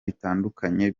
bitandukanye